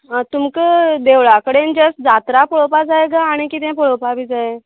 आं तुमकां देवळा कडेन जर जात्रा पोळोवपा जाय काय आनी कितें पळोवपा बी जाय